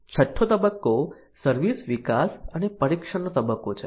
છઠ્ઠો તબક્કો સર્વિસ વિકાસ અને પરીક્ષણનો તબક્કો છે